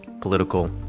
political